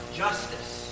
justice